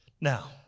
Now